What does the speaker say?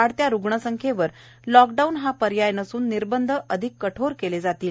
वाढत्या रुग्णसंख्येवर लॉकडाऊन हा पर्याय नसून निर्बंध अधिक कठोर केले जातील